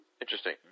Interesting